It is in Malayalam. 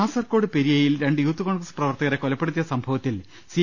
കാസർകോട് പെരിയയിൽ രണ്ട് യൂത്ത് കോൺഗ്രസ് പ്രവർത്തകരെ കൊലപ്പെടുത്തിയ സംഭവത്തിൽ സ്രി